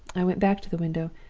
i went back to the window,